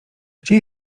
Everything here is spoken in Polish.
gdzie